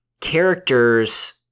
characters